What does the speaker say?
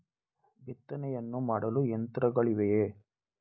ಬಿತ್ತನೆಯನ್ನು ಮಾಡಲು ಯಂತ್ರಗಳಿವೆಯೇ?